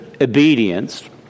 obedience